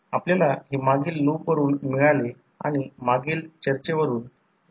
पण प्रश्न असा आहे की हा करंट I0 प्रत्यक्षात फुल लोड करंटच्या तुलनेत खूप लहान आहे